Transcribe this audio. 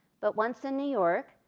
but once in new york,